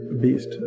beast